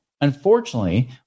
Unfortunately